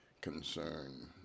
Concern